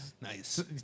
Nice